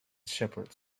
shepherds